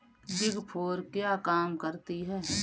Big four क्या काम करती है?